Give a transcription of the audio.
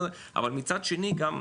אבל מצד שני גם,